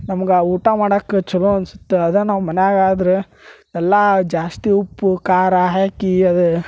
ನಮ್ಗ ಆ ಊಟಾ ಮಾಡಕ್ಕೆ ಛಲೋ ಅನ್ಸತ್ತ ಅದು ನಾವು ಮನ್ಯಾಗ ಆದ್ರ ಎಲ್ಲಾ ಜಾಸ್ತಿ ಉಪ್ಪು ಖಾರ ಹಾಕಿ ಅದು